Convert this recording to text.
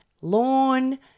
Lawn